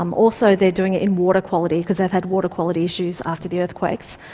um also they're doing it in water quality, because they've had water quality issues after the earthquakes.